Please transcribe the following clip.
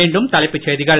மீண்டும் தலைப்புச் செய்திகள்